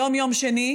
היום יום שני,